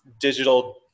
digital